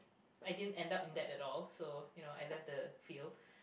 I didn't end up in that at all so you know I left the field